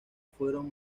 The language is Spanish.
fueron